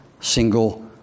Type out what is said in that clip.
single